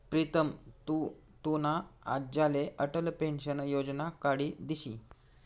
प्रीतम तु तुना आज्लाले अटल पेंशन योजना काढी दिशी